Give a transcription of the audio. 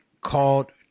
called